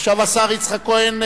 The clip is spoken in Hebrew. עכשיו השר יצחק כהן,